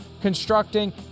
constructing